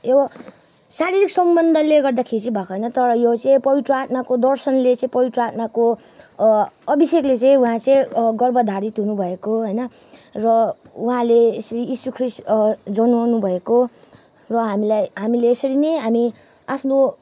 यो शारीरिक सम्बन्धले गर्दाखेरि चाहिँ भएको होइन तर यो चाहिँ पवित्र आत्माको दर्शनले चाहिँ पवित्र आत्माको अभिषेकले चाहिँ उहाँ चाहिँ गर्भधारित हुनुभएको होइन र उहाँले चाहिँ यिसु ख्रिस्ट जन्माउनु भएको र हामीलाई हामीले यसरी नै हामी आफ्नो